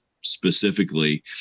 specifically